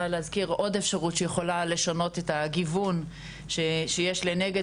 להזכיר עוד אפשרות שיכולה לשנות את הגיוון שיש לנגד